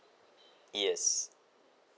yes